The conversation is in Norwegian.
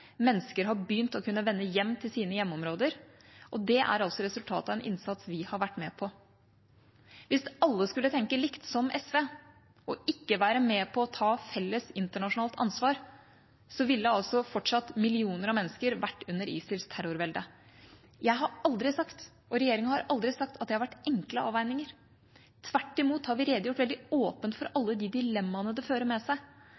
Mennesker har begynt å kunne vende hjem til sine hjemmeområder, og det er altså resultatet av en innsats vi har vært med på. Hvis alle skulle tenke likt som SV – og ikke være med på å ta et felles internasjonalt ansvar – ville altså fortsatt millioner av mennesker vært under ISILs terrorvelde. Jeg har aldri sagt, og regjeringen har aldri sagt, at dette har vært enkle avveininger. Tvert imot har vi redegjort veldig åpent for alle de dilemmaene det fører med seg,